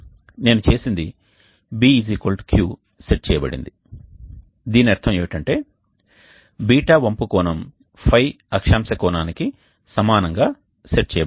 నేను చేసినది B Q set చేయబడింది దీని అర్థం ఏమిటంటే ß వంపు కోణం ϕ అక్షాంశ కోణానికి సమానంగా సెట్ చేయబడింది